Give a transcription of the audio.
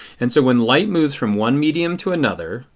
and so when light moves from one medium to another,